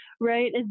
Right